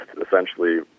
essentially